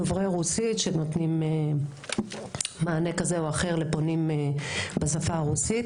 דוברי רוסית שנותנים מענה כזה או אחר לפונים בשפה הרוסית.